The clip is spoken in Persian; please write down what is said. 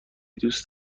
دوست